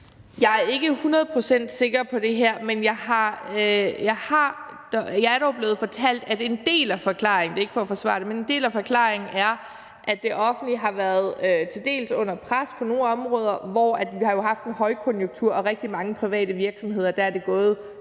det er ikke for at forsvare det, men at en del af forklaringen er, at det offentlige har været under pres på nogle områder, hvor vi jo har haft en højkonjunktur, og at rigtig mange private virksomheder er det gået